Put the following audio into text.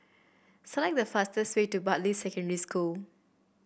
select the fastest way to Bartley Secondary School